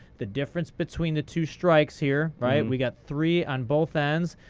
the difference between the two strikes here, right? we've got three on both ends.